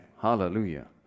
Hallelujah